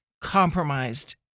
compromised